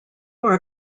more